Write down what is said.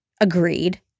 agreed